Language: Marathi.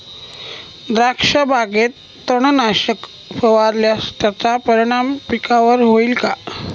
द्राक्षबागेत तणनाशक फवारल्यास त्याचा परिणाम पिकावर होईल का?